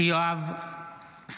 אינו נוכח יואב סגלוביץ'